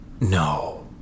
No